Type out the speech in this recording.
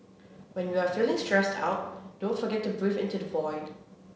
when you are feeling stressed out don't forget to breathe into the void